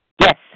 Yes